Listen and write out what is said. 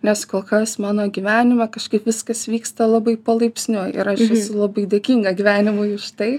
nes kol kas mano gyvenime kažkaip viskas vyksta labai palaipsniui ir aš esu labai dėkinga gyvenimui už tai